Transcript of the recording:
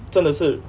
真的是